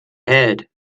head